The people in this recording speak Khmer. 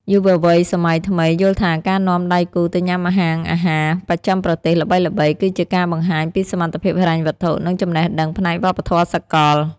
យុវវ័យសម័យថ្មីយល់ថាការនាំដៃគូទៅញ៉ាំហាងអាហារបស្ចិមប្រទេសល្បីៗ គឺជាការបង្ហាញពីសមត្ថភាពហិរញ្ញវត្ថុ និងចំណេះដឹងផ្នែកវប្បធម៌សកល។